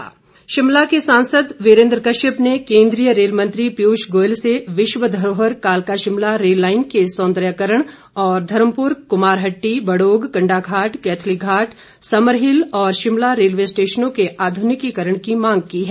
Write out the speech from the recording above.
वीरेंद्र कश्यप शिमला के सांसद वीरेंद्र कश्यप ने केंद्रीय रेल मंत्री पियूष गोयल से विश्व धरोहर कालका शिमला रेल लाईन के सौंदर्यकरण और धर्मपुर कुमारहट्टी बड़ोग कंडाघाट कैथलीघाट समरहील और शिमला रेलवे स्टेशनों के आधुनिकीकरण की मांग की है